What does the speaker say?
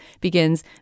begins